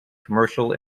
commercial